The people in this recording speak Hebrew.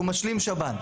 שהוא משלים שב"ן.